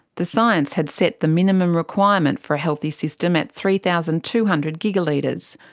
the science had set the minimum requirement for a healthy system at three thousand two hundred gigalitres.